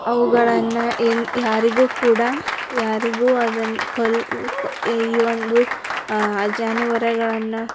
ಅವುಗಳನ್ನು ಎನ್ ಯಾರಿಗೂ ಕೂಡ ಯಾರಿಗೂ ಅದನ್ನು ಕೊಲ್ ಈ ಒಂದು ಜಾನುವಾರುಗಳನ್ನ